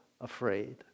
afraid